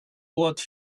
what